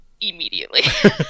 immediately